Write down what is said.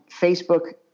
Facebook